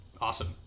Awesome